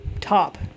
top